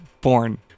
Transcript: Born